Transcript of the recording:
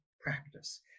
practice